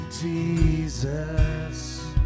Jesus